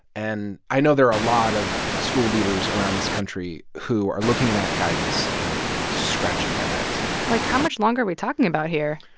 and i know there are a lot of school leaders around this country who are looking at that guidance and scratching their heads like how much longer are we talking about here?